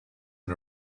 and